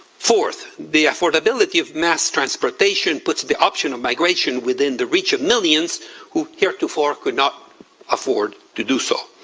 fourth, the affordability of mass transportation puts the option of migration within the reach of millions who heretofore could not afford to do so.